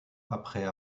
après